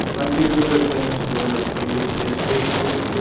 i'm peter cooper. as ben mentioned earlier, i'm lead for the education group.